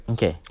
Okay